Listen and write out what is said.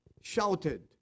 shouted